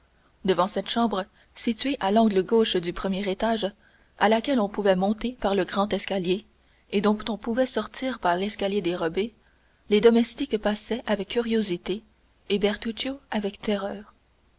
devant cette chambre située à l'angle gauche du premier étage à laquelle on pouvait monter par le grand escalier et dont on pouvait sortir par l'escalier dérobé les domestiques passaient avec curiosité et bertuccio avec terreur